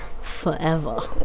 forever